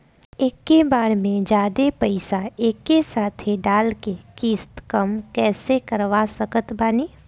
एके बार मे जादे पईसा एके साथे डाल के किश्त कम कैसे करवा सकत बानी?